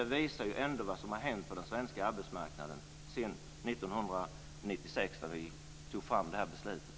Det visar ändå vad som har hänt på den svenska arbetsmarknaden sedan 1996, då vi tog fram detta beslut.